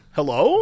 Hello